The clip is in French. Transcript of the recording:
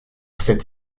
cette